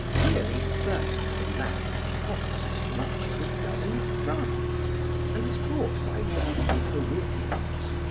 really fertile land costs as much as it does in france and is bought by wealthy parisians.